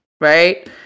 right